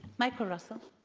michael russell